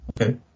Okay